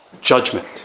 Judgment